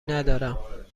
ندارم